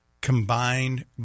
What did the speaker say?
combined